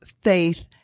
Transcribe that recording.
faith